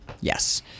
Yes